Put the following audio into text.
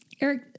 Eric